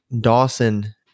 Dawson